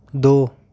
दो